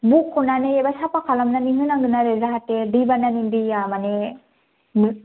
बख'नानै एबा साफा खालामनानै होनांगोन आरो जाहाथे दैबानानि दैया माने